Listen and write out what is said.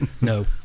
No